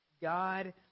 God